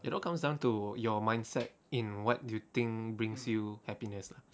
it all comes down to your mindset in what you think brings you happiness lah